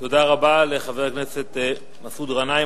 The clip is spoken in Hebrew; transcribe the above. תודה רבה לחבר הכנסת מסעוד גנאים.